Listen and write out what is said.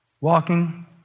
walking